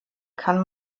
kann